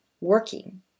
working